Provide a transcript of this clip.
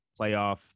playoff